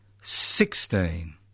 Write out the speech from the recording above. sixteen